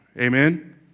amen